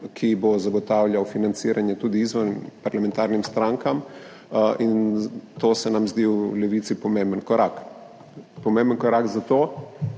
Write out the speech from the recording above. ki bo zagotavljal financiranje tudi izven parlamentarnim strankam in to se nam zdi v Levici pomemben korak. Pomemben korak zato,